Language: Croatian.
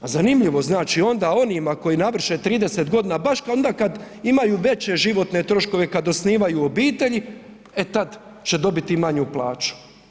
A zanimljivo znači onda onima koji navrše 30 godina baš onda kad imaju veće životne troškove, kad osnivaju obitelji, e tad će dobiti manju plaću.